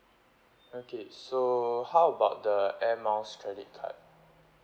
okay so how about the Air Miles credit card